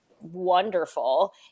wonderful